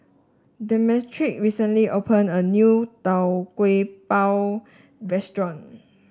Demetric recently opened a new Tau Kwa Pau restaurant